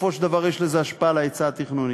בסופו של דבר יש לזה השפעה על ההיצע התכנוני.